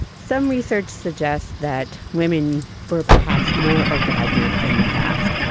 some research suggests that women were perhaps more orgasmic in the past.